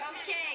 Okay